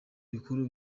bikuru